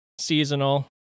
Seasonal